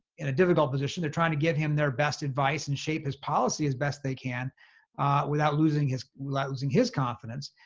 in a difficult position. they're trying to give him their best advice and shape his policy as best they can without losing his, like losing his confidence.